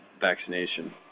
vaccination